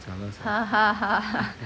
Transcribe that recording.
jialat sia